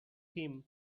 him